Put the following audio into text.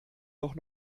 doch